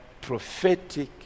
prophetic